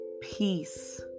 peace